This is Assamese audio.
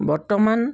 বৰ্তমান